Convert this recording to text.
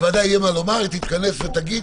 לוועדה יהיה מה לומר היא תתכנס ותגיד.